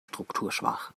strukturschwach